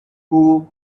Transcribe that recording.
pool